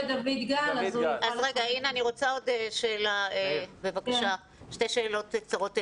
שתי שאלות קצרות אליך.